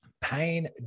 Pain